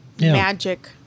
Magic